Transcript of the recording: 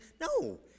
No